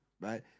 right